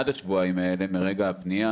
עד השבועיים האלה מרגע הפנייה